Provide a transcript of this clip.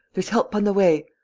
there's help on the way.